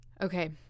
Okay